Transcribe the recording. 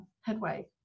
headway